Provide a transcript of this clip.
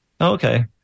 Okay